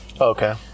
okay